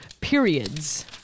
periods